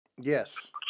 Yes